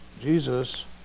Jesus